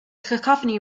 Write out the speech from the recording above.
cacophony